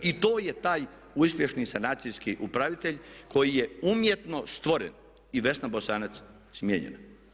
I to je taj uspješni sanacijski upravitelj koji je umjetno stvoren i Vesna Bosanac smijenjena.